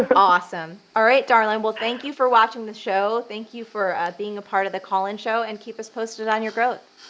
ah but awesome. all right, darling. well, thank you for watching the show. thank you for being a part of the call in show, and keep us posted on your growth.